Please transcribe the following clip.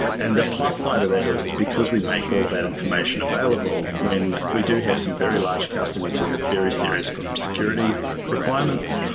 and the plus side of that is it's because we make all of that information available, when we do have some very large customers who have very serious problem security requirements,